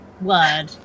word